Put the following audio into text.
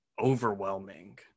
overwhelming